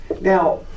Now